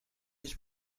هیچ